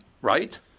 right